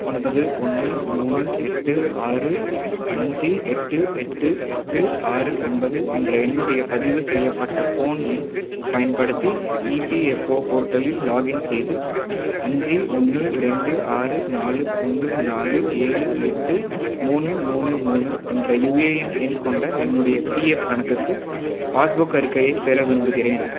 ஒன்பது ஒன்று மூணு எட்டு ஆறு அஞ்சு எட்டு எட்டு எட்டு ஆறு ஒன்பது என்ற என்னுடைய பதிவு செய்யப்பட்ட ஃபோன் எண் பயன்படுத்தி இபிஎஃப்ஓ போர்ட்டலில் லாகின் செய்து அஞ்சு ஒன்று ரெண்டு ஆறு நாலு ஒன்று நாலு ஏழு எட்டு மூணு மூணு மூணு என்ற யுஏஎன் எண் கொண்ட என்னுடைய பிஎஃப் கணக்குக்கு பாஸ்புக் அறிக்கையை பெற விரும்புகிறேன்